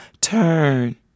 turn